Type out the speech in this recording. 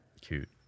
cute